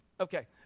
Okay